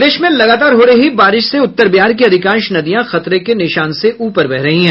प्रदेश में लगातार हो रही बारिश से उत्तर बिहार की अधिकांश नदियां खतरे के निशान से ऊपर बह रही है